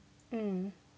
mm